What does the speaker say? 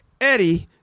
Eddie